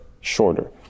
shorter